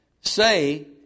say